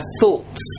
thoughts